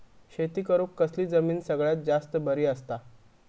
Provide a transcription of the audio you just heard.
शेती करुक कसली जमीन सगळ्यात जास्त बरी असता?